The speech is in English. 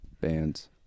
bands